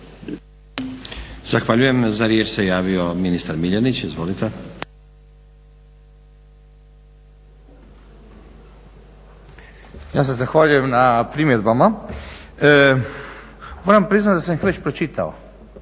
Zahvaljujem Za riječ se javio ministar Miljenić. Izvolite. **Miljenić, Orsat** Ja se zahvaljujem na primjedbama. Moram priznati da sam ih već pročitao